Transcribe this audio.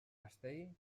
castell